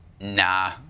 Nah